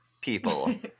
people